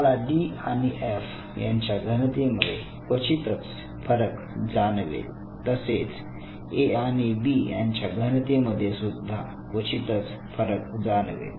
तुम्हाला D आणि F यांच्या घनतेमध्ये क्वचितच फरक जाणवेल तसेच A आणि B यांच्या घनतेमध्ये सुद्धा क्वचितच जाणवेल